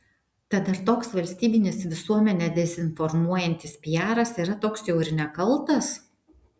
tad ar toks valstybinis visuomenę dezinformuojantis piaras yra toks jau ir nekaltas